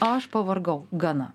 aš pavargau gana